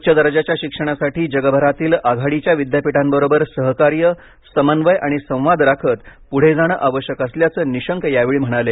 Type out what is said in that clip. उच्च दर्जाच्या शिक्षणासाठी जगभरातील आघाडीच्या विद्यापीठांबरोबर सहकार्य समन्वय आणि संवाद राखत पुढे जाणं आवश्यक असल्याचं निशंक यावेळी म्हणाले